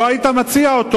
לא היית מציע אותו